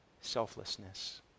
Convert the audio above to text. selflessness